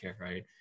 right